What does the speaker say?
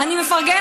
מאבק,